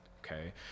okay